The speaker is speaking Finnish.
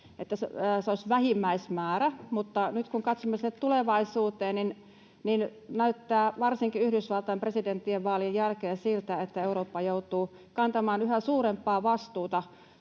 se olisi vähimmäismäärä, mutta nyt kun katsomme sinne tulevaisuuteen, näyttää varsinkin Yhdysvaltain presidentinvaalien jälkeen siltä, että Eurooppa joutuu kantamaan yhä suurempaa vastuuta